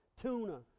tuna